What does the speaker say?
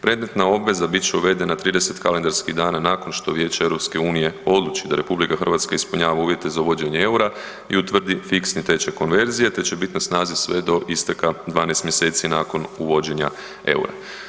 Predmetna obveza bit će uvedena 30 kalendarskih dana nakon što Vijeće EU odluči da RH ispunjava uvjete za uvođenje EUR-a i utvrdi fiksni tečaj konverzije, te će bit na snazi sve do isteka 12 mjeseci nakon uvođenja EUR-a.